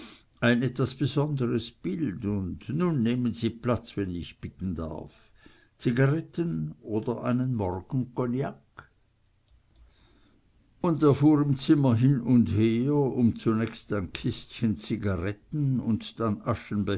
ein etwas sonderbares bild und nun nehmen sie platz wenn ich bitten darf zigaretten oder einen morgencognac und er fuhr im zimmer hin und her um zunächst ein kistchen zigaretten und dann